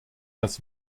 das